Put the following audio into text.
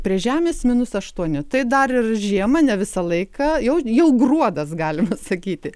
prie žemės minus aštuoni tai dar ir žiemą ne visą laiką jau jau gruodas galima sakyti